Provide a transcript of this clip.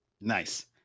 Nice